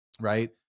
Right